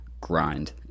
grind